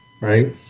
Right